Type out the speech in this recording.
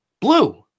blue